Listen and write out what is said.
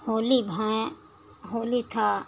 होली भाए होली था